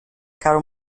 caro